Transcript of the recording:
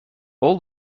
all